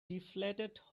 deflated